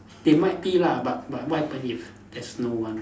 there might be lah but but what happen if there's no one